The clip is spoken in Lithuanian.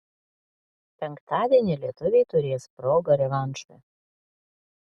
penktadienį lietuviai turės progą revanšui